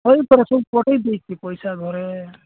କହିଲି ପରା ସବୁ ପଠେଇ ଦେଇଛି ପଇସା ଘରେ